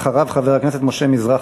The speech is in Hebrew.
אחריו, חבר הכנסת משה מזרחי.